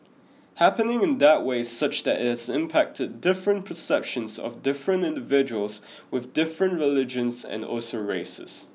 happening in that way such that it has impacted different perceptions of different individuals with different religions and also races